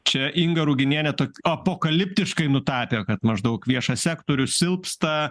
čia inga ruginienė tok apokaliptiškai nutapė kad maždaug viešas sektorius silpsta